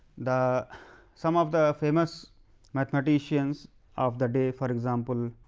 the some of the famous mathematicians of the day for example,